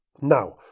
Now